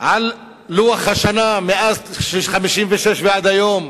על לוח השנה מאז שנת 1956 ועד היום,